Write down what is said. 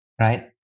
right